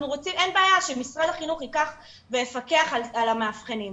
אין בעיה שמשרד החינוך יפקח על המאבחנים,